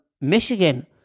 Michigan